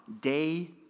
day